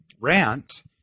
rant